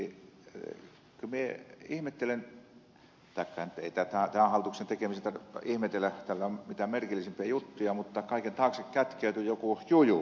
kyllä minä ihmettelen tai ei tämän hallituksen tekemisiä tarvitse ihmetellä täällä on mitä merkillisimpiä juttuja mutta kaiken taakse kätkeytyy joku juju